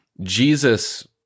Jesus